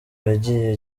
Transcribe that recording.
yagiye